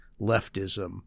leftism